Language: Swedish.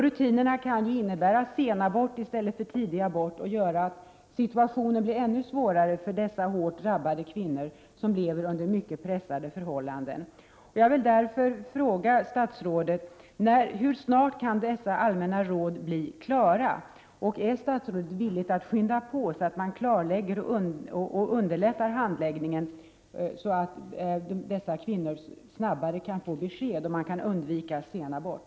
Rutinerna kan innebära senabort i stället för tidig abort och gör att situationen kan bli ännu svårare för dessa drabbade kvinnor som lever under mycket pressade förhållanden. Jag vill därför fråga statsrådet: Hur snart kan dessa allmänna råd bli klara? Är statsrådet villig att skynda på för att klarlägga och underlätta handläggningen, så att kvinnorna kan få besked snabbare och man kan undvika senabort?